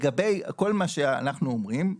לגבי כל מה שאנחנו אומרים,